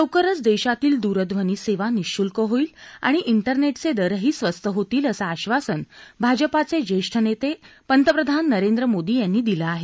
लवकरच देशातील दुरध्वनी सेवा निःशुल्क होईल आणि इंटरनेटचे दरही स्वस्त होतील असं आश्र्वासन भाजपचे ज्येष्ठ नेते पंतप्रधान नरेंद्र मोदी यांनी दिलं आहे